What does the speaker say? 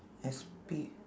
expe~